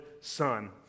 Son